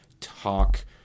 talk